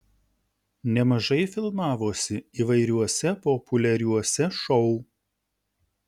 nemažai filmavosi įvairiuose populiariuose šou